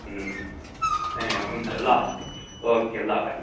हुन्छ ल ओके ल भाइ